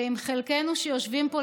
ואם חלקנו שיושבים פה,